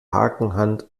hakenhand